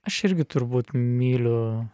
aš irgi turbūt myliu